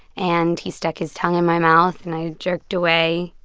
and he stuck his tongue in my mouth, and i jerked away.